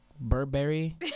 Burberry